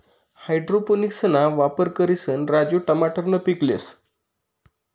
हाइड्रोपोनिक्सना वापर करिसन राजू टमाटरनं पीक लेस